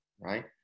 right